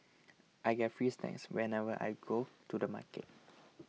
I get free snacks whenever I go to the supermarket